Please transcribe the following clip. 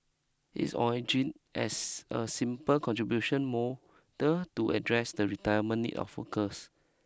it originated as a simple contribution model to address the retirement need of workers